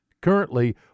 Currently